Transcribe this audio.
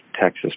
Texas